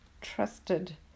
trusted